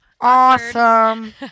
Awesome